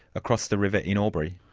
across the river in albury?